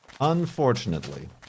unfortunately